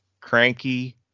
cranky